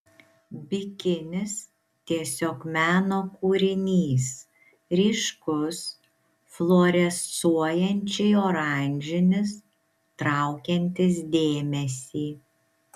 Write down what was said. bikinis tiesiog meno kūrinys ryškus fluorescuojančiai oranžinis traukiantis dėmesį